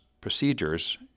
procedures